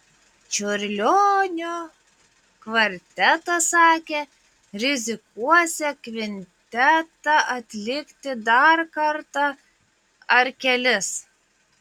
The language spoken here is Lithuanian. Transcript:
čiurlionio kvartetas sakė rizikuosią kvintetą atlikti dar kartą ar kelis